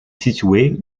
située